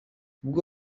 ubwo